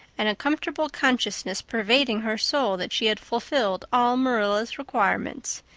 and a comfortable consciousness pervading her soul that she had fulfilled all marilla's requirements.